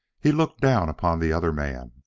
he looked down upon the other man.